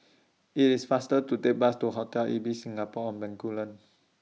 IT IS faster to Take Bus to Hotel Ibis Singapore on Bencoolen